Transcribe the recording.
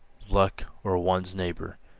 luck or one's neighbor.